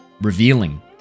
revealing